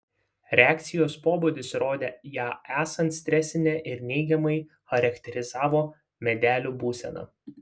reakcijos pobūdis rodė ją esant stresinę ir neigiamai charakterizavo medelių būseną